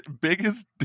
Biggest